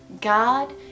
god